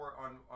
on